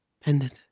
Pendant